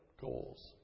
goals